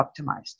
optimized